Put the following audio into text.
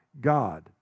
God